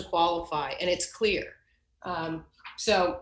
to qualify and it's clear so so